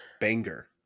Banger